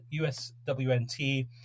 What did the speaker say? USWNT